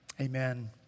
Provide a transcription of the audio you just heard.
Amen